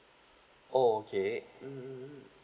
oh okay mm